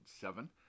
seven